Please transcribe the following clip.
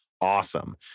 awesome